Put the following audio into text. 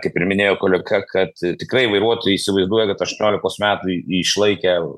kaip ir minėjo koleka kad tikrai vairuotojai įsivaizduoja kad aštuoniolikos metų į išlaikę